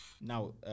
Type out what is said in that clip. now